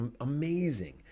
amazing